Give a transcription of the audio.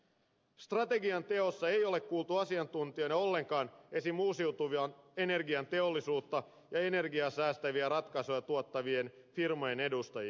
strategian teossa ei ole kuultu asiantuntijoina ollenkaan esimerkiksi uusiutuvan energian teollisuutta ja energiaa säästäviä ratkaisuja tuottavien firmojen edustajia